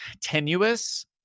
tenuous